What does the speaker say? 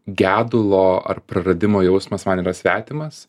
gedulo ar praradimo jausmas man yra svetimas